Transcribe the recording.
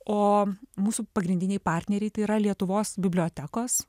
o mūsų pagrindiniai partneriai tai yra lietuvos bibliotekos